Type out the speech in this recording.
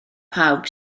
pawb